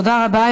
תודה רבה.